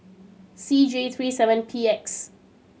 C J three seven P X